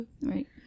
right